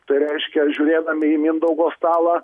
tai reiškia žiūrėdami į mindaugo stalą